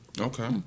Okay